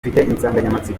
insanganyamatsiko